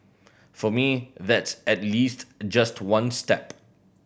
for me that's at least just one step